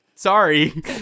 sorry